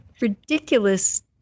ridiculous